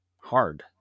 hard